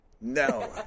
No